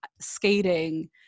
skating